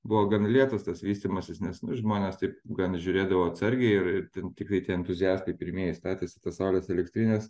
buvo gan lėtas tas vystymasis nes nu žmonės taip gan žiūrėdavo atsargiai ir ir ten tikri tie entuziastai pirmieji statėsi tas saulės elektrines